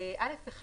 ב-(א1)